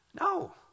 No